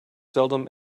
seldom